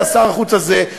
לשר החוץ הזה,